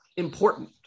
important